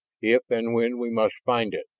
if and when we must find it,